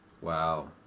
Wow